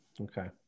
Okay